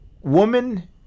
Woman